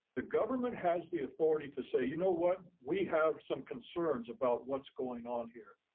the government has the authority to say, you know what, we have some concerns about what's going on here.